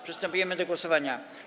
Przystępujemy do głosowania.